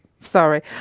sorry